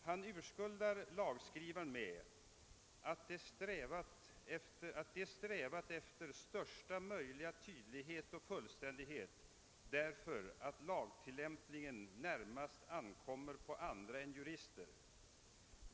Han urskuldar lagskrivarna med att de strävat efter största möjliga tydlighet och fullständighet därför att lagtillämpningen närmast ankommer på andra än jurister.